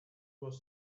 was